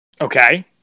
Okay